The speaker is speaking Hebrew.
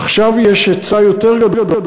עכשיו יש היצע יותר גדול,